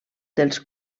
dels